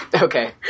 Okay